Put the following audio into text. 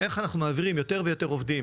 איך אנחנו מעבירים יותר ויותר עובדים